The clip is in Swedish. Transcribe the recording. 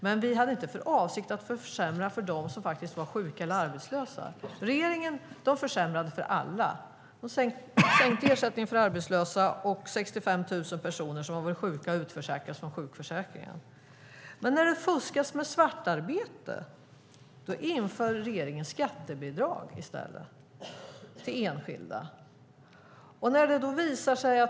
Men vi hade inte för avsikt att försämra för dem som är sjuka eller arbetslösa. Regeringen försämrade för alla. De sänkte ersättningen för arbetslösa, och 65 000 personer som har varit sjuka utförsäkrades från sjukförsäkringen. Men när det fuskas med svartarbete inför regeringen i stället skattebidrag till enskilda.